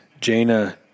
Jaina